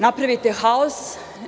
Napravite haos.